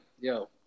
yo